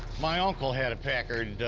my uncle had a packard.